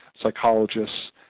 psychologists